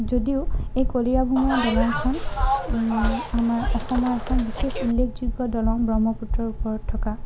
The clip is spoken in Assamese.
যদিও এই কলীয়াভোমোৰা দলংখন আমাৰ অসমৰ এখন বিশেষ উল্লেখযোগ্য দলং ব্ৰহ্মপুত্ৰৰ ওপৰত থকা